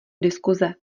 diskuze